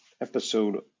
episode